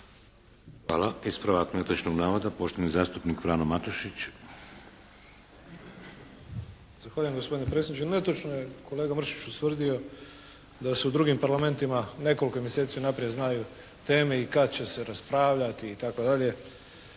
Hvala. Ispravak netočnog navoda, poštovani zastupnik Frano Matušić. **Matušić, Frano (HDZ)** Zahvaljujem gospodine predsjedniče. Netočno je kolega Mršić ustvrdio da se u drugim parlamentima nekoliko mjeseci znaju teme i kad će se raspravljati itd. Naime,